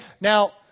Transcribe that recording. Now